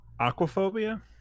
Aquaphobia